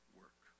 work